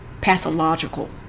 pathological